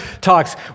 talks